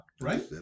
right